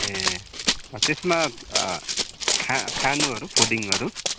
ए त्यसमा खानुहरू फुडिङहरू